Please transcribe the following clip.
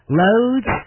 loads